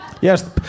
Yes